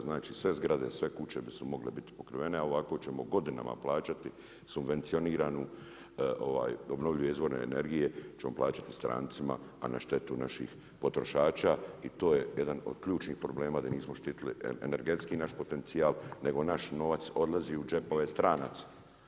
Znači, sve zgrade, sve kuće bi mogle biti pokrivene, a ovako ćemo godinama plaćati subvencioniranu, obnovljive izvore energije ćemo plaćati strancima, a na štetu naših potrošača i to je jedan od ključnih problema da nismo štitili energetski naš potencijal, nego naš novac odlazi u džepove stranaca.